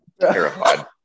terrified